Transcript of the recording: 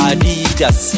Adidas